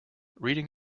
reading